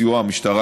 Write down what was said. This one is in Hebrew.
בסיוע המשטרה,